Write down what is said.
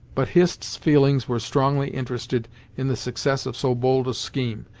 but hist's feelings were strongly interested in the success of so bold a scheme,